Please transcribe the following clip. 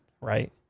right